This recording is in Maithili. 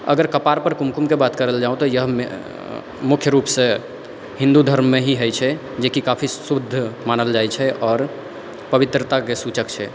अगर कपारपर कुमकुमके बात करल जाउ तऽ यह मुख्य रूपसँ हिन्दू धर्ममे ही होइ छै जेकी काफी शुद्ध मानल जाइ छै आओर पवित्रताके सूचक छै